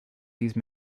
these